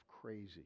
crazy